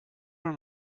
den